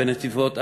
בנתיבות,